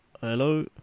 Hello